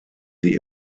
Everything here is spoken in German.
sie